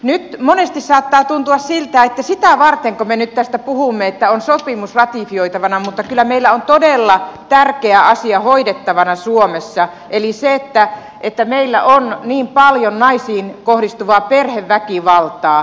nyt monesti saattaa tuntua siltä että sitä vartenko me nyt tästä puhumme että on sopimus ratifioitavana mutta kyllä meillä on todella tärkeä asia hoidettavana suomessa eli se että meillä on niin paljon naisiin kohdistuvaa perheväkivaltaa